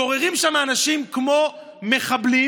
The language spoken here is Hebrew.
גוררים שם האנשים כמו מחבלים.